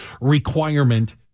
requirement